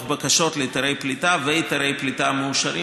בקשות להיתרי פליטה והיתרי פליטה מאושרים,